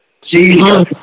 Jesus